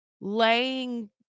laying